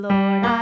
Lord